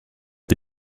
the